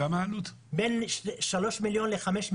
השנתית שלו?